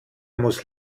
muss